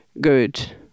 good